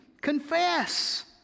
Confess